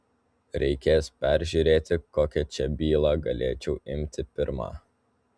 reikės peržiūrėti kokią čia bylą galėčiau imti pirmą